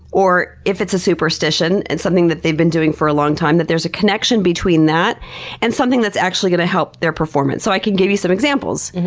or if it's a superstition and something they've been doing for a long time, that there's a connection between that and something that's actually going to help their performance. so i can give you some examples.